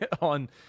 On